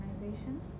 organizations